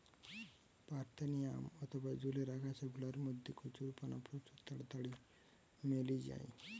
parthenium অথবা জলের আগাছা গুলার মধ্যে কচুরিপানা প্রচুর তাড়াতাড়ি মেলি যায়